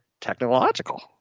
technological